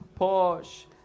Porsche